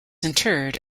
interred